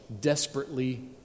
desperately